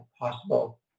possible